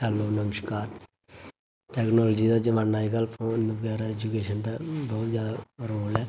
hello नमस्कार technology दा जमाना अज्जकल फोन बगैरा एजुकेशन दा बहुत ज्यादा रोल ऐ